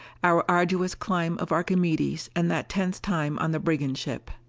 our arduous climb of archimedes and that tense time on the brigand ship.